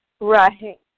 Right